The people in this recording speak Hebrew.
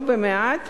במעט